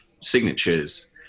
signatures